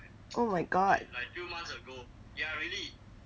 oh my god